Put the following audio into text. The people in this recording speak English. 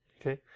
okay